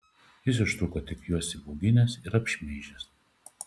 jis ištrūko tik juos įbauginęs ir apšmeižęs